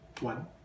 One